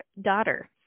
daughter